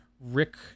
Rick